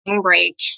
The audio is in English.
break